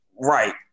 Right